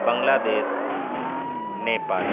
بنگلہ دیش نیپال